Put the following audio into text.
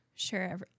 Sure